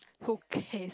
who cares